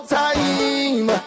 time